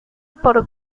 por